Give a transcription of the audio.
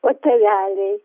o tėveliai